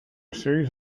series